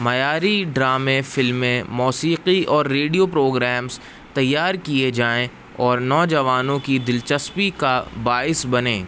معیاری ڈرامے فلمیں موسیقی اور ریڈیو پروگرامس تیار کیے جائیں اور نوجوانوں کی دلچسپی کا باعث بنے